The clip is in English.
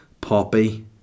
poppy